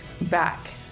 back